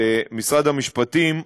ומשרד המשפטים,